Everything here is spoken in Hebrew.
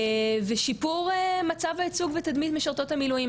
ושיפור מצב הייצוג בתדמית משרתות המילואים,